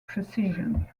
precision